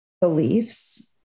beliefs